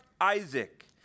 Isaac